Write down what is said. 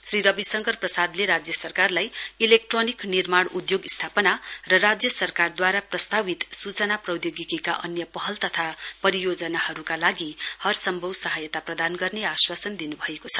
श्री रविशङ्कर प्रसादले राज्य सरकारलाई इलेक्ट्रोनिक निर्माण उद्घोग स्थापना र राज्य सरकारद्वारा प्रस्तावित सूचना प्रौधोगिकीका अन्य पहल तथा परियोजनाहरुका लागि हर सम्भव सहायता प्रदान गर्ने आश्वासन दिनुभएको छ